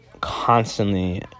constantly